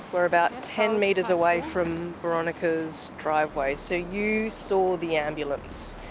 we're about ten metres away from boronika's driveway, so you saw the ambulance.